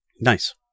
Nice